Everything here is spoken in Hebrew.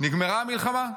נגמרה המלחמה?